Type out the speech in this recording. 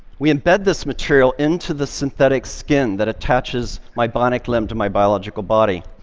we embed this material into the synthetic skin that attaches my bionic limb to my biological body.